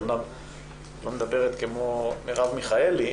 אומנם היא לא מדברת כמו מרב מיכאלי,